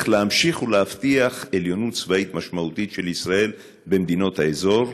להמשיך ולהבטיח עליונות צבאית משמעותית של ישראל בין מדינות האזור?